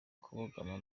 kubogama